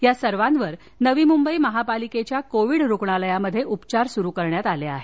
या सर्वांवर नवी मुंबई महापालिकेच्या कोविड रूग्णालयात उपचार सुरू करण्यात आले आहेत